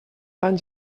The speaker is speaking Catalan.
tan